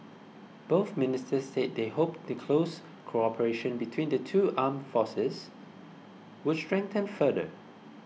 both ministers said they hoped the close cooperation between the two armed forces would strengthen further